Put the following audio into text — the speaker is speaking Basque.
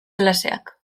klaseak